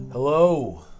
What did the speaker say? Hello